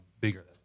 bigger